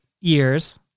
years